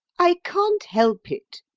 i can't help it,